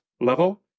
level